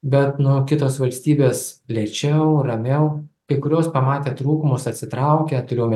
bet nu kitos valstybės lėčiau ramiau kai kurios pamatę trūkumus atsitraukia turiu omeny